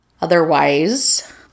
Otherwise